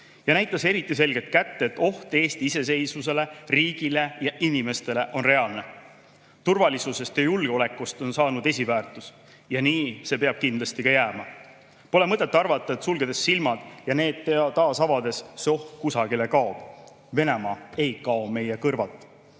ja näitas eriti selgelt kätte, et oht Eesti iseseisvusele, riigile ja inimestele on reaalne. Turvalisusest ja julgeolekust on saanud esiväärtus ja nii see peab kindlasti ka jääma. Pole mõtet arvata, et sulgedes silmad ja need taas avades see oht kusagile kaob. Venemaa ei kao meie kõrvalt.